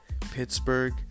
Pittsburgh